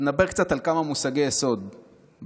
נדבר קצת על כמה מושגי יסוד בדמוקרטיה: